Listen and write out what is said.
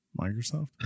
Microsoft